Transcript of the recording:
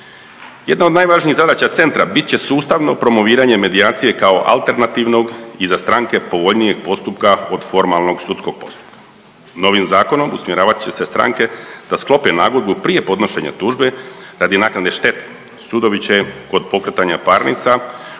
Jedna od najvažnijih zadaća centra bit će sustavno promoviranje medijacije kao alternativnog i za stranke povoljnijeg postupka od formalnog sudskog postupka. Novim zakonom usmjeravat će se stranke da sklope nagodbu prije podnošenja tužbe radi naknade štete. Sudovi će kod pokretanja parnica uputiti